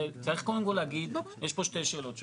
צריך קודם כל להגיד, יש פה שתי שאלות שונות.